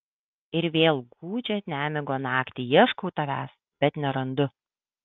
ir vėl gūdžią nemigo naktį ieškau tavęs bet nerandu